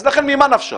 לכן ממה נפשך?